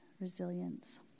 Resilience